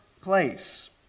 place